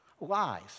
lies